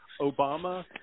obama